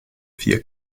vier